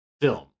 film